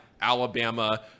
Alabama